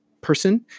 person